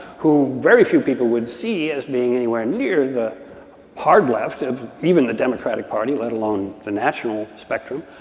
who very few people would see as being anywhere near the hard left of even the democratic party, let alone the national spectrum.